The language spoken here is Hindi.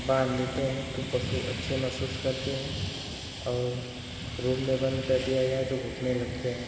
बांध देते हैं तो पशु अच्छे महसूस करते हैं और रूम में बंद कर दिया जाए तो घुटने लगते हैं